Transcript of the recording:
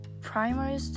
primary